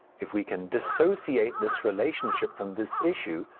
if we can dissociate this relationship from this issue,